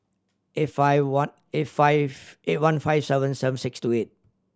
eight five one eight five eight one five seven seven six two eight